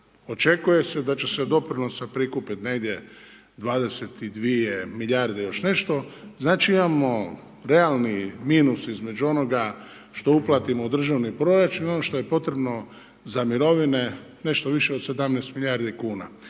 Očekuje se da će se doprinosa prikupiti negdje 22 milijarde i još nešto, znači imamo realni minus između onoga što uplatimo u državni proračun i ono što je potrebno za mirovine nešto više od 17 milijardi kuna.